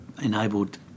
enabled